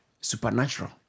Supernatural